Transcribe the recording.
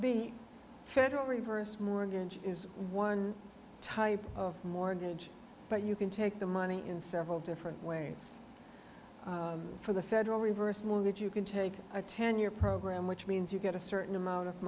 the federal reverse mortgage is one type of mortgage but you can take the money in several different ways for the federal reverse mortgage you can take a ten year program which means you get a certain amount of